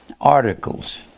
articles